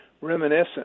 reminiscent